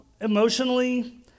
emotionally